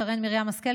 שרן מרים השכל,